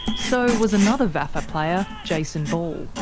so was another vafa player, jason ball.